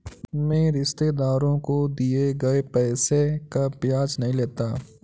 मैं रिश्तेदारों को दिए गए पैसे का ब्याज नहीं लेता